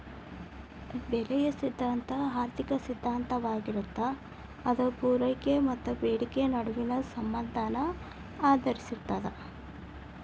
ಬೆಲೆಯ ಸಿದ್ಧಾಂತ ಆರ್ಥಿಕ ಸಿದ್ಧಾಂತವಾಗಿರತ್ತ ಅದ ಪೂರೈಕೆ ಮತ್ತ ಬೇಡಿಕೆಯ ನಡುವಿನ ಸಂಬಂಧನ ಆಧರಿಸಿರ್ತದ